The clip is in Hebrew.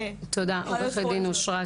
עורכת דין אשרת